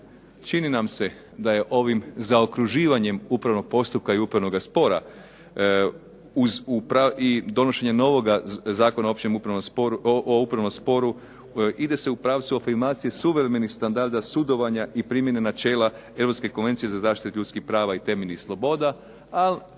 Čini nam se da je ovim zaokruživanjem upravnog postupka i upravnoga spora i i donošenja novoga Zakona o upravnom sporu ide se u pravcu afirmacije suvremenih standarda sudovanja i primjene načela Europske konvencije za zaštitu ljudskih prava i temeljnih sloboda,